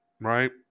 right